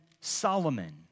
Solomon